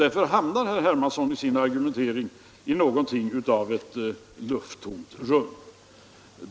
Därför hamnar herr Hermansson med sin argumentering i något av ett lufttomt rum.